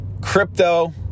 crypto